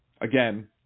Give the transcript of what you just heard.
again